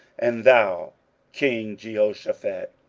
and thou king jehoshaphat,